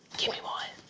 give me one.